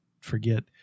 forget